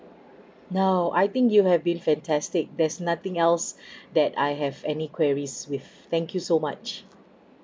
no I think you have been fantastic there's nothing else that I have any queries with thank you so much